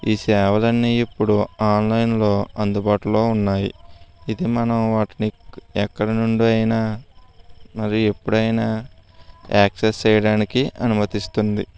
ఈ సేవలన్నీ ఇప్పుడు ఆన్లైన్లో అందుబాటులో ఉన్నాయి ఇది మనం వాటిని ఎక్కడి నుండి అయినా మరి ఎప్పుడైనా యాక్సెస్ చేయడానికి అనుమతిస్తుంది